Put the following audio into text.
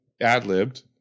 ad-libbed